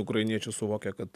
ukrainiečių suvokia kad